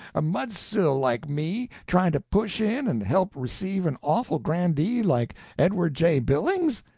a mudsill like me trying to push in and help receive an awful grandee like edward j. billings?